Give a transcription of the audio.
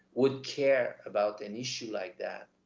would care about an issue like that.